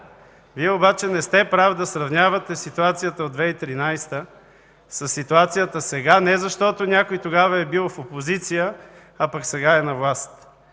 Вие обаче не сте прав да сравнявате ситуацията от 2013 г. със ситуацията сега не защото някой тогава е бил в опозиция, а пък сега е на власт